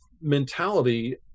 mentality